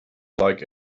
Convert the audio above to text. like